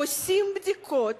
עושים בדיקות